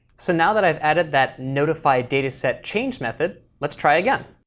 so now that i've added that notifydatasetchanged method, let's try again.